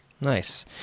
Nice